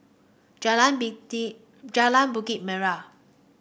Jalan Bikit Jalan Bukit Merah